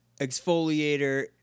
exfoliator